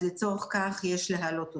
אז לצורך כך יש להעלות אותה.